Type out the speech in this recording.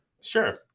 Sure